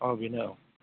औ बेनो औ